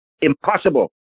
Impossible